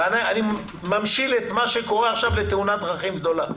ואני ממשיל את מה שקורה עכשיו לתאונת דרכים גדולה,